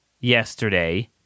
yesterday